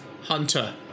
Hunter